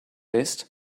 list